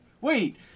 Wait